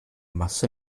masse